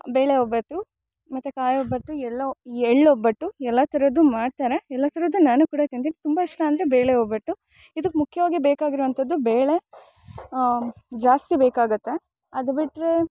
ಬೇಳೆ ಒಬ್ಬಟ್ಟು ಮತ್ತು ಕಾಯಿ ಒಬ್ಬಟ್ಟು ಎಲ್ಲೋ ಎಳ್ಳು ಒಬ್ಬಟ್ಟು ಎಲ್ಲ ಥರದ್ದು ಮಾಡ್ತಾರೆ ಎಲ್ಲ ಥರದ್ದು ನಾನು ಕೂಡ ತಿಂತೀನಿ ತುಂಬ ಇಷ್ಟ ಅಂದರೆ ಬೇಳೆ ಒಬ್ಬಟ್ಟು ಇದಕ್ಕೆ ಮುಖ್ಯವಾಗಿ ಬೇಕಾಗಿರುವಂಥದ್ದು ಬೇಳೆ ಜಾಸ್ತಿ ಬೇಕಾಗುತ್ತೆ ಅದು ಬಿಟ್ರೆ